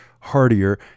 hardier